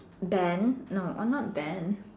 ban no uh not ban